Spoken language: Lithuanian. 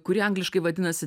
kuri angliškai vadinasi